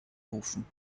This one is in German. rufen